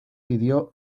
pidió